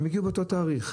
הם הגיעו באותו תאריך.